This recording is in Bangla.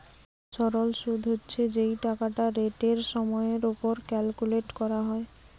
সরল শুদ হচ্ছে যেই টাকাটা রেটের সময়ের উপর ক্যালকুলেট করা হয়